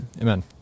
Amen